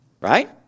Right